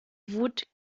wut